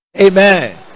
amen